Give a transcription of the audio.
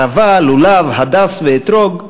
ערבה, לולב, הדס ואתרוג.